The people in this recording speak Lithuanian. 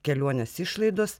keliuonės išlaidos